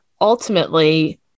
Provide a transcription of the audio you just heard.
ultimately